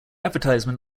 advertisement